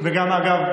לא לא, 15, 15 דקות.